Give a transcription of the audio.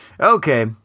Okay